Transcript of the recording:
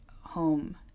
home